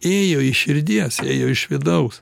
ėjo iš širdies ėjo iš vidaus